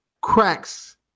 cracks